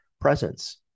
presence